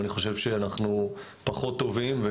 אני חושב שאנחנו פחות טובים.